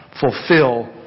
fulfill